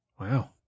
Wow